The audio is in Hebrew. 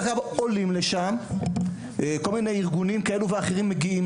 ועולים אליו כל מיני אנשים מכל מיני ארגונים כאלה ואחרים.